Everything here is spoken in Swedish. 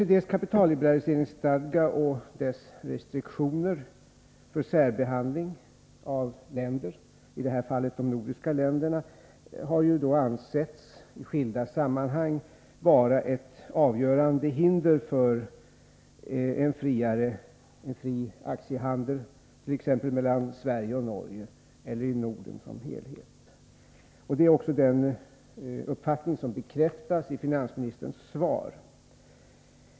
OECD:s kapitalliberaliseringsstadga och dess restriktioner för särbehandling av länder — i det här fallet de nordiska länderna — har ju i skilda sammanhang ansetts vara ett avgörande hinder för en fri aktiehandel, t.ex. mellan Sverige och Norge eller i Norden som helhet. Det är också en uppfattning som bekräftas i finansministerns svar.